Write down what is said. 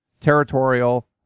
territorial